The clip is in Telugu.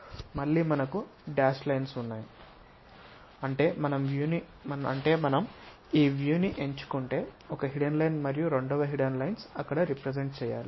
సొ మళ్ళీ మనకు డాష్ లైన్స్ ఉన్నాయి అంటే మనం ఈ వ్యూ ని ఎంచుకుంటే ఒక హిడెన్ లైన్ మరియు రెండవ హిడెన్ లైన్స్ అక్కడ రెప్రెసెంట్ చేయాలి